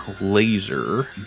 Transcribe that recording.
laser